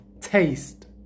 Taste